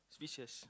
speechless